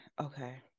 Okay